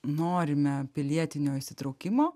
norime pilietinio įsitraukimo